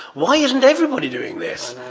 why isn't everybody doing this?